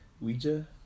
Ouija